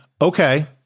okay